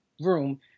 room